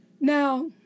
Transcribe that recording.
Now